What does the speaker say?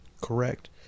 Correct